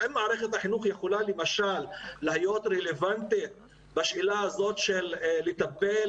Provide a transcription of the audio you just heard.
האם מערכת החינוך יכולה למשל להיות רלוונטית בשאלה הזאת של לטפל,